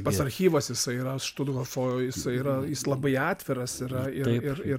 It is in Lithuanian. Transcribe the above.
pats archyvas jisai yra štuthofo jisai yra jis labai atviras yra ir ir ir